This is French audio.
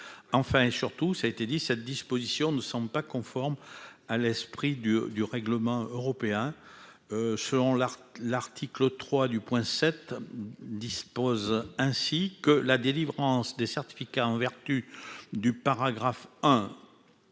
enfin et surtout, ça a été dit, cette disposition ne pas conforme à l'esprit du du règlement européen selon la l'article 3 du point cette dispose ainsi que la délivrance des certificats en vertu du paragraphe 1